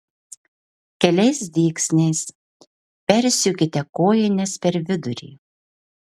keliais dygsniais persiūkite kojines per vidurį